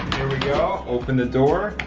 here we go, open the door.